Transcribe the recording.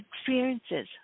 experiences